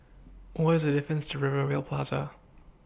What IS The distance to Rivervale Plaza